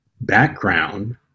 background